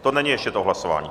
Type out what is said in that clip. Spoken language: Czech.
To není ještě hlasování.